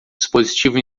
dispositivo